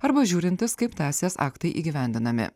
arba žiūrintys kaip teisės aktai įgyvendinami